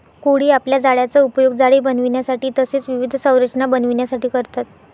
कोळी आपल्या जाळ्याचा उपयोग जाळी बनविण्यासाठी तसेच विविध संरचना बनविण्यासाठी करतात